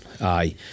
Aye